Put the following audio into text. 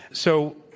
so,